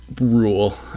rule